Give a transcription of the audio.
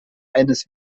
eines